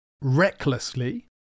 recklessly